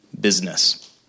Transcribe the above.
business